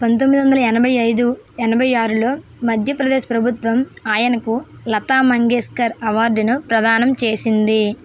పంతొమ్మిది వందల ఎనభై ఐదు ఎనభై ఆరులో మధ్యప్రదేశ్ ప్రభుత్వం ఆయనకు లతా మంగేష్కర్ అవార్డును ప్రదానం చేసింది